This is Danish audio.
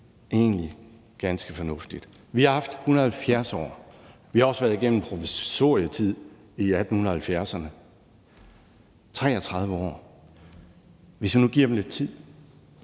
egentlig ganske fornuftigt. Vi har haft 170 år, vi har også været igennem provisorietid sidst i 1800-tallet. De har haft 33 år. Hvis vi nu giver dem lidt mere